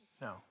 No